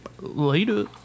Later